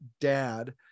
dad